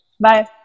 Bye